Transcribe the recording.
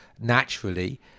naturally